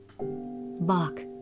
Bach